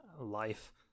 Life